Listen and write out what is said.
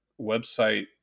website